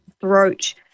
throat